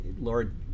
Lord